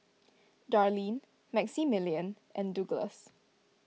Darlene Maximillian and Douglass